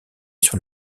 sur